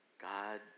God